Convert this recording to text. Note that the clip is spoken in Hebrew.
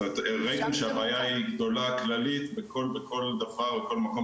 ראיתם שהבעיה היא גדולה כללית וכל דבר או כל מקום